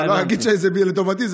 אבל להגיד שזה לטובתי?